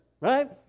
right